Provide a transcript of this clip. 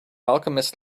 alchemist